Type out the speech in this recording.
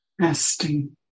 Resting